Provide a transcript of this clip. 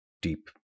deep